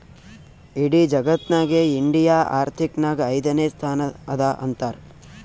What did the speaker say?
ಇಡಿ ಜಗತ್ನಾಗೆ ಇಂಡಿಯಾ ಆರ್ಥಿಕ್ ನಾಗ್ ಐಯ್ದನೇ ಸ್ಥಾನ ಅದಾ ಅಂತಾರ್